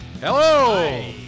Hello